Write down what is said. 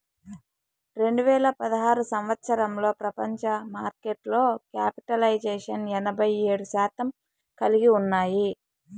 రెండు వేల పదహారు సంవచ్చరంలో ప్రపంచ మార్కెట్లో క్యాపిటలైజేషన్ ఎనభై ఏడు శాతం కలిగి ఉన్నాయి